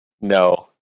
No